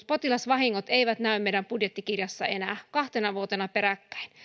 potilasvahingot eivät näy meidän budjettikirjassa enää kahtena vuotena peräkkäin